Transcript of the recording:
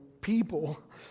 People